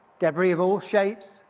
debris of all shapes,